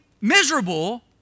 miserable